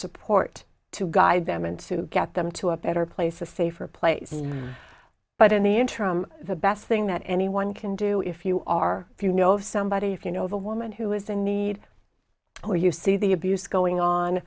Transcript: support to guide them and to get them to a better place a safer place but in the interim the best thing that anyone can do if you are if you know somebody if you know of a woman who is in need or you see the abuse going on